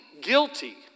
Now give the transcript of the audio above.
guilty